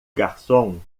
garçom